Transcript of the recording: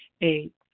Eight